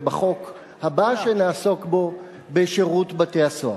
ובחוק הבא שנעסוק בו בשירות בתי-הסוהר.